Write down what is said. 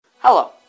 Hello